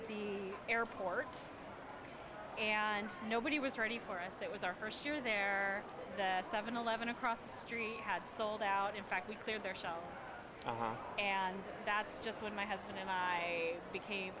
the airport and nobody was ready for us it was our first year there seven eleven across the street had sold out in fact we cleared their shop and that's just when my husband and i became